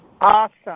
Awesome